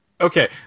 Okay